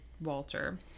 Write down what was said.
Walter